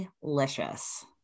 delicious